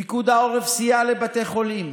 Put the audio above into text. פיקוד העורף סייע לבתי חולים,